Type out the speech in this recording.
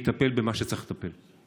המאוד-מאוד חשובים ויטפל במה שצריך לטפל.